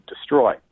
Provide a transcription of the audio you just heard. destroy